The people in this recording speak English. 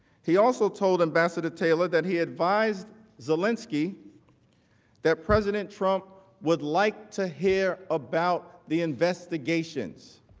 he also told ambassador taylor that he advised zelensky that president trump would like to hear about the investigations.